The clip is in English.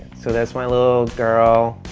so that's my little girl.